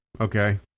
okay